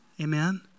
Amen